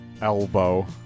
Elbow